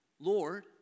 Lord